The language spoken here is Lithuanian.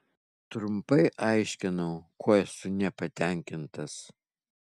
trumpai aiškinau kuo esu nepatenkintas